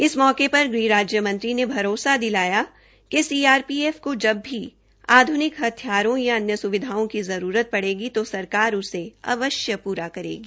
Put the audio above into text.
इस मौके पर गृह राज्य मंत्री ने भरोसा दिलाया कि सीआरपीएफ को जब भी आधुनिक हथियारों या अन्य सुविधाओं की जरूरत पड़ेगी तो सरकार उसे अवश्य पूरा करेगी